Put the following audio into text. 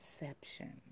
inception